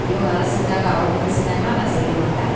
இவங்க அதை செஞ்சாங்க அவங்க இதை செஞ்சாங்கலாம் நான் செய்யமாட்டேன்